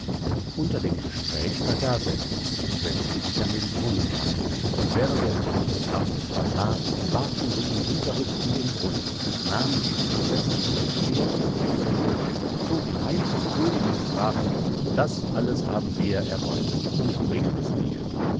unter dem gespräch vergaß er sich und setzte sich an den brunnenrand und während er sich nichts arges versah warfen sie ihn hinterrücks in den brunnen nahmen die prinzessin das pferd und den vogel zogen heim zum könig und sprachen das haben wir alles erbeutet und bringen es dir